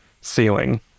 ceiling